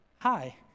Hi